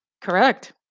Correct